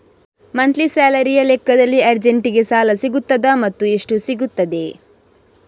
Monthly ಸ್ಯಾಲರಿಯ ಲೆಕ್ಕದಲ್ಲಿ ಅರ್ಜೆಂಟಿಗೆ ಸಾಲ ಸಿಗುತ್ತದಾ ಮತ್ತುಎಷ್ಟು ಸಿಗುತ್ತದೆ?